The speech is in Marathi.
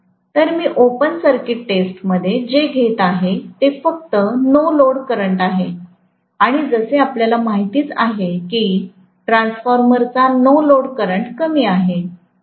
तर मी ओपन सर्किट टेस्ट मध्ये जे घेत आहे ते फक्त नो लोड करंट आहे आणि जसे आपल्याला माहिती आहे की ट्रान्सफॉर्मर चा नो लोडकरंट कमी आहे